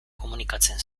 komunikatzen